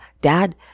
dad